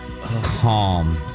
calm